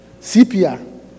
CPR